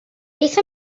beth